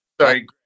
sorry